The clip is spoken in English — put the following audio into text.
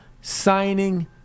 Signing